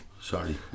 Sorry